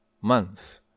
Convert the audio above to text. month